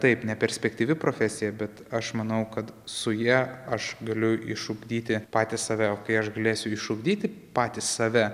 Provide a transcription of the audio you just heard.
taip ne perspektyvi profesija bet aš manau kad su ja aš galiu išugdyti patį save o kai aš galėsiu išugdyti patį save